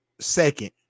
second